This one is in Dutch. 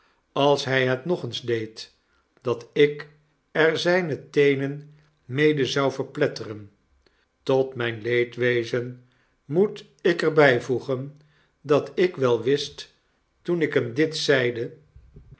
als hy het nog eens deed dat ik er zyne teenen mede zou verpletteren tot myn leedwezen moet ik er byvoegen dat ik wel wist toen ik hem dit zeide